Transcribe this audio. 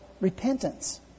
repentance